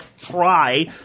try